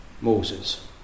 Moses